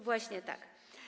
Właśnie tak.